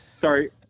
sorry